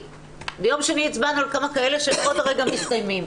ביום שני הצבענו על כמה כאלה שעוד רגע מסתיימים,